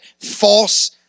false